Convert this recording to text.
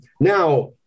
now